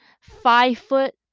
five-foot